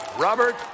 Robert